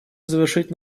завершить